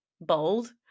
bold